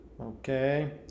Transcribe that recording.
Okay